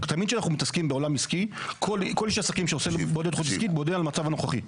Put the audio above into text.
כל איש עסקים שעושה --- עסקי בונה על המצב הנוכחי.